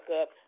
up